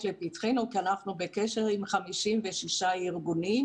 לפתחנו כי אנחנו בקשר עם 56 ארגונים,